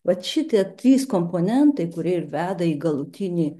vat šitie trys komponentai kurie ir veda į galutinį